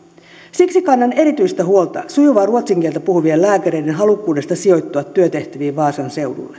palvelulla siksi kannan erityistä huolta sujuvaa ruotsin kieltä puhuvien lääkäreiden halukkuudesta sijoittua työtehtäviin vaasan